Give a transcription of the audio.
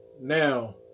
Now